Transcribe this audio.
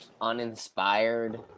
uninspired